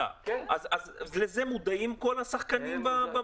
האם לסיטואציה הזאת מודעים כל השחקנים?